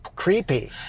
creepy